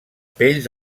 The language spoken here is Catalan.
pells